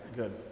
good